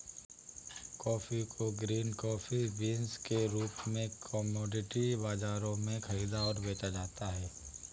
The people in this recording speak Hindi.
कॉफी को ग्रीन कॉफी बीन्स के रूप में कॉमोडिटी बाजारों में खरीदा और बेचा जाता है